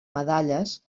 medalles